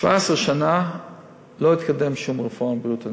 17 שנה לא התקדמה שום רפורמה בבריאות הנפש.